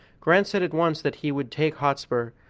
grant said at once that he would take hotspur,